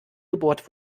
gebohrt